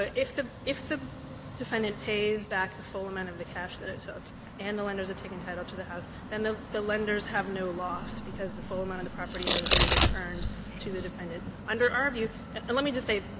ah if the if the defendant pays back the full amount of the cash that it took and the lenders have taken title to the house, then the the lenders have no loss because the full amount of the property has been returned to the defendant. under our view and and let me just say,